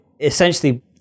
essentially